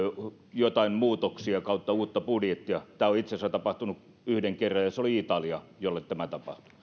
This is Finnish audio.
joitain muutoksia uutta budjettia tämä on itse asiassa tapahtunut yhden kerran ja se oli italia jolle tämä tapahtui